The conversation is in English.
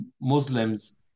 Muslims